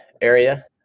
area